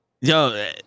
Yo